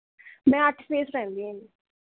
ਮੈਂ ਅੱਠ ਫੇਸ ਰਹਿੰਦੀ ਹਾਂ ਜੀ